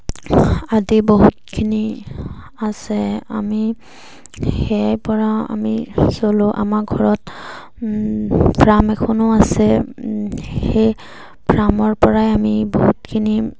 আদি বহুতখিনি আছে আমি সেয়াই পৰা আমি চলোঁ আমাৰ ঘৰত ফাৰ্ম এখনো আছে সেই ফাৰ্মৰ পৰাই আমি বহুতখিনি